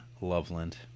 Loveland